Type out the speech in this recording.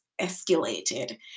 escalated